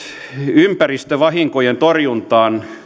ympäristövahinkojen torjunta